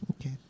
Okay